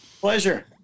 Pleasure